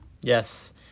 Yes